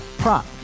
prop